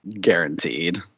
guaranteed